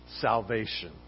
salvation